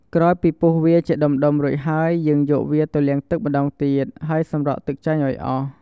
ក្រោយពីពុះវាជាដុំៗរួចហើយ យើងយកវាទៅលាងទឹកម្ដងទៀត ហើយសម្រក់ទឹកចេញឱ្យអស់។